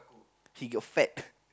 he got fat